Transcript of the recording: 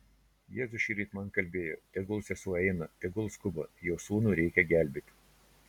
jėzus šįryt man kalbėjo tegul sesuo eina tegul skuba jos sūnų reikia gelbėti